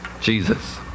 Jesus